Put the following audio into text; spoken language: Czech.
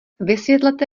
vysvětlete